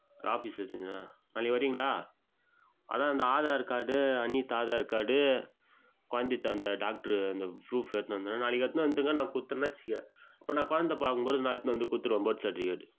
ஆஃபீஸ்சில் வச்சுருக்கீங்களா நாளைக்கு வரீங்களா அதுதான் அந்த ஆதார் கார்டு அண்ணிது ஆதார் கார்டு கொழந்தைத்து அந்த டாக்ட்ரு அந்த ஃப்ரூஃப் எடுத்துன்னு வந்துடு நாளைக்கு எடுத்துன்னு வந்துடுங்க நான் கொடுத்தேன் வெச்சுக்க அப்போ நான் குழந்த பார்க்கும்போது நான் எடுத்துன்னு வந்து கொடுத்துருவேன் பர்த் சர்டிவிகேட்டு